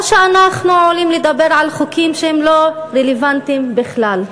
או שאנחנו עולים לדבר על חוקים שהם לא רלוונטיים בכלל.